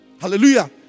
Hallelujah